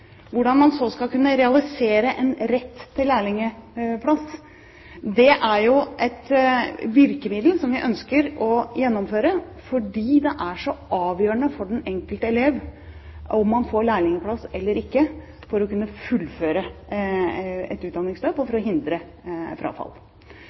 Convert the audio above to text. Hvordan man så skal kunne realisere en rett til lærlingplass, er jo et virkemiddel som vi ønsker å gjennomføre fordi det er så avgjørende for den enkelte elev om man får lærlingplass eller ikke for å kunne fullføre et utdanningsløp og